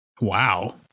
Wow